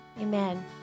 Amen